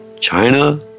China